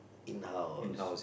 in house